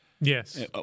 Yes